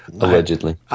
allegedly